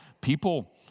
people